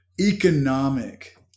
Economic